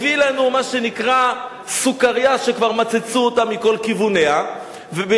הביא לנו מה שנקרא סוכרייה שכבר מצצו אותה מכל כיווניה בדמות